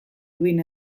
duin